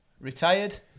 retired